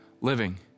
living